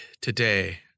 today